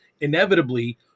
inevitably